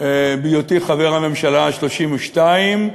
בהיותי חבר הממשלה ה-32,